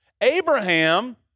Abraham